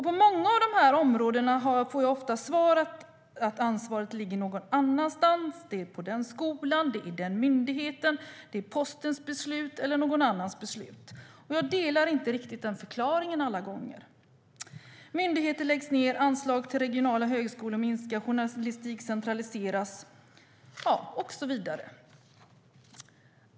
På många av de här områdena får jag ofta svaret att ansvaret ligger någon annanstans, på en skola eller en myndighet, att det är postens beslut eller någon annans beslut. Jag delar inte riktigt den förklaringen alla gånger. Myndigheter läggs ned, anslag till regionala högskolor minskas, journalistik centraliseras och så vidare.